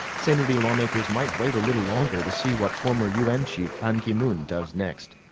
saenuri lawmakers might wait a little longer to see what former un chief ban ki-moon does next.